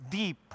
deep